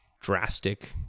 drastic